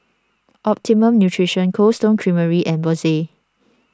Optimum Nutrition Cold Stone Creamery and Bose